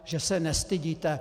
Že se nestydíte!